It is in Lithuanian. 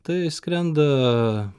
tai skrenda